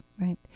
right